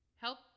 Help